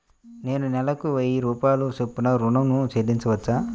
నేను నెలకు వెయ్యి రూపాయల చొప్పున ఋణం ను చెల్లించవచ్చా?